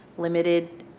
limited